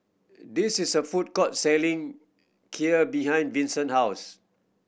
this is a food court selling Kheer behind Vinson house